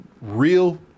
real